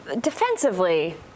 defensively